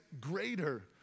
greater